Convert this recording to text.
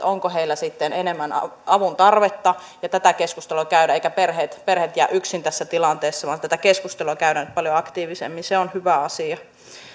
onko heillä sitten enemmän avun tarvetta tätä keskustelua käydään eivätkä perheet jää yksin tässä tilanteessa vaan tätä keskustelua käydään nyt paljon aktiivisemmin se on hyvä asia